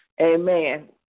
Amen